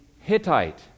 Hittite